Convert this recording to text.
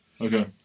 Okay